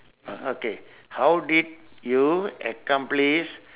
uh okay how did you accomplish